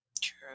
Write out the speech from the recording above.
True